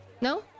no